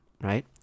right